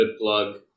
plug